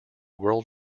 world